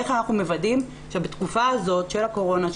איך אנחנו מוודאים שבתקופה הזאת של הקורונה,